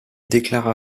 déclara